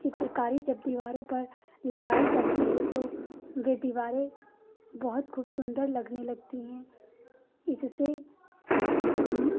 चित्रकारी जब दीवारों पर लगाई जाती है तो वह दीवारें बहुत खुब सुन्दर लगने लगती हैं इससे हम